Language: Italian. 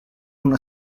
una